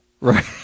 Right